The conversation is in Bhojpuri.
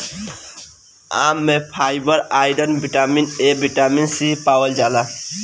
आम में fibre, iron, vitamin A, vitamin C पावल जाला